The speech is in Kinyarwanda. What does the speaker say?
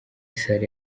salle